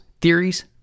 theories